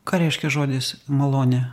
ką reiškia žodis malonė